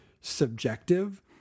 subjective